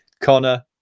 connor